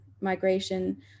migration